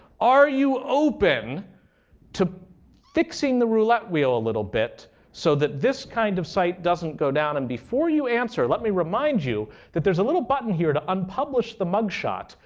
are you open to fixing the roulette wheel a little bit so that this kind of site doesn't go down? and before you answer, let me remind you that there's a little button here to unpublish the mugshot,